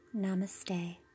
namaste